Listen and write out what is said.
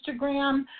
Instagram